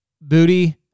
Booty